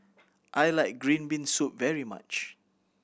I like green bean soup very much